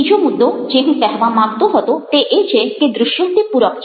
બીજો મુદ્દો જે હું કહેવા માંગતો હતો તે એ છે કે દ્રશ્યો તે પૂરક છે